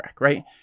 right